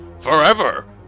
forever